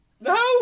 No